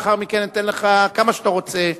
לאחר מכן אתן לך להוסיף כמה שאתה רוצה.